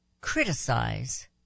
criticize